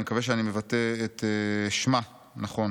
אני מקווה שאני מבטא את שמה נכון.